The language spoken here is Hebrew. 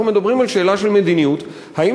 אנחנו מדברים על שאלה של מדיניות האם